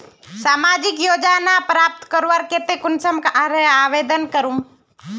सामाजिक योजना प्राप्त करवार केते कुंसम करे आवेदन करूम?